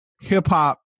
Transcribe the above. hip-hop